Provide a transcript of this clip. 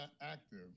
active